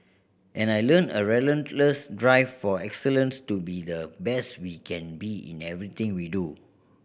and I learnt a relentless drive for excellence to be the best we can be in everything we do